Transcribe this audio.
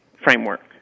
Framework